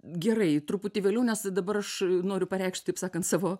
gerai truputį vėliau nes dabar aš noriu pareikšt taip sakant savo